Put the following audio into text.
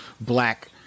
black